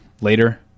later